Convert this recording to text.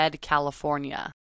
California